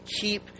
Keep